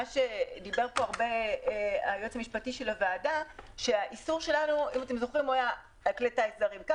דיבר היועץ המשפטי של הוועדה שהאיסור היה על כלי טיס זרים,